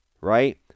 Right